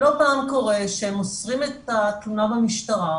לא פעם קורה שהם מוסרים את התלונה במשטרה